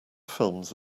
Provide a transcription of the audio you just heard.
films